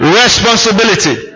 responsibility